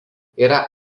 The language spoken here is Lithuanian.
yra